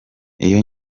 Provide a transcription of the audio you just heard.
iyo